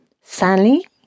Sally